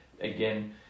again